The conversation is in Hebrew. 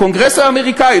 הקונגרס האמריקני,